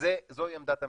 זו עמדת הממשלה.